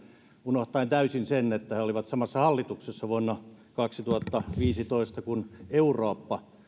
unohtaen täysin sen että he olivat samassa hallituksessa vuonna kaksituhattaviisitoista kun eurooppa